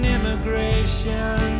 Immigration